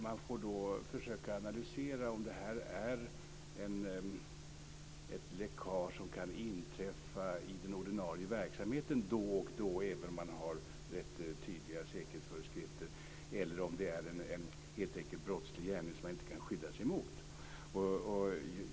Man får då försöka analysera om detta är ett läckage som då och då kan inträffa i den ordinarie verksamheten, även om man har rätt tydliga säkerhetsföreskrifter, eller om det helt enkelt är en brottslig gärning som man inte kan skydda sig emot.